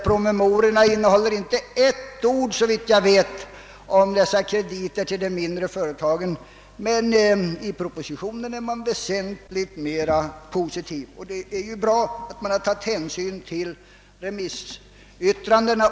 Promemoriorna innehåller inte ett ord, såvitt jag vet, om dessa krediter till de mindre företagen. Men i propositionen är man väsentligt mera positiv, och det är ju bra att man tagit hänsyn till remissyttrandena.